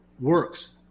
works